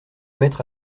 maître